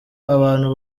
abantu